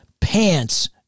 pants